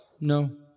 No